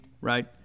right